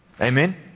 Amen